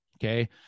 Okay